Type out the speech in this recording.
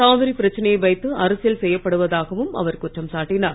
காவிரி பிரச்சனையை வைத்து அரசியல் செய்யப்படுவதாகவும் அவர் குற்றம் சாட்டினார்